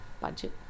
budget